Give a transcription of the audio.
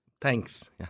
Thanks